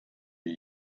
wir